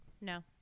no